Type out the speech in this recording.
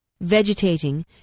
vegetating